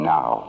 Now